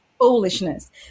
foolishness